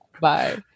Bye